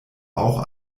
auch